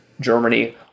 Germany